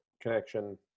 connection